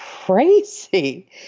crazy